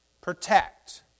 protect